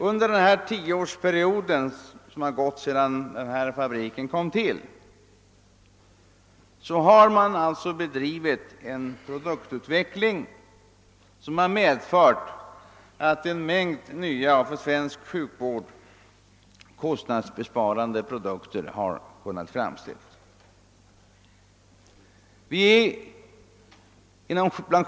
Under de 10 år som gått sedan denna fabrik kom till har man alltså bedrivit en produktututveckling som medfört att en mängd nya och för svensk sjukvård kostnadssparande produkter har kunnat framställas.